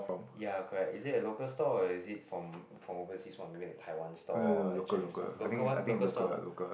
ya correct is it a local store or is it from from overseas one maybe like Taiwan store or Chinese one local one local stores ah